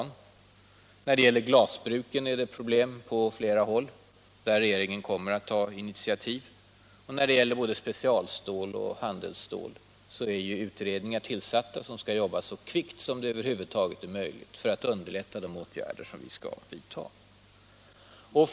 När det gäller glasbruken förekommer problem på flera håll där regeringen kommer att ta initiativ. Både om specialstål och om handelsstål är utredningar tillsatta, som skall jobba så kvickt som det över huvud taget är möjligt för att underlätta de åtgärder vi skall vidta.